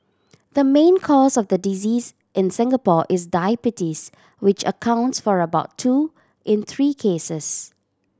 the main cause of the disease in Singapore is diabetes which accounts for about two in three cases